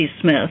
Smith